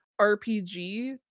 RPG